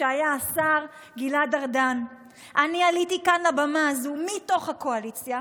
כשהיה השר גלעד ארדן עליתי כאן לבמה הזאת מתוך הקואליציה,